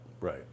Right